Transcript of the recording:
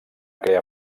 crear